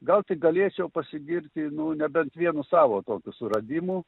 gal tik galėčiau pasigirti nu nebent vienu savo tokiu suradimu